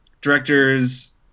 directors